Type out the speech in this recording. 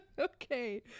Okay